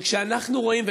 אבל כשאנחנו רואים,